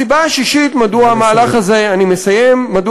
הסיבה השישית מדוע המהלך הזה הוא בעייתי